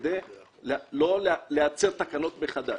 כדי לא לייצר תקנות מחדש.